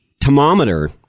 thermometer